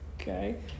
Okay